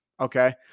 Okay